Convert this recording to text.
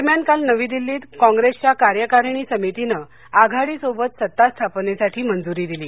दरम्यान काल नवी दिल्लीत कॉंग्रेसच्या कार्यकारिणी समितीने आघाडी सोबत सत्तास्थापनेसाठी मंजुरी दिली